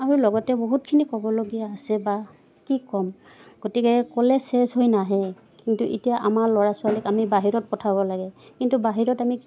আৰু লগতে বহুতখিনি ক'বলগীয়া আছে বা কি ক'ম গতিকে ক'লে হৈ নাহে কিন্তু এতিয়া আমাৰ ল'ৰা ছোৱালীক আমি বাহিৰত পঠাব লাগে কিন্তু বাহিৰত আমি